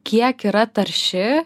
kiek yra tarši